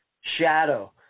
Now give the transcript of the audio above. shadow